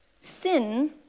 Sin